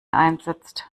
einsetzt